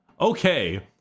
Okay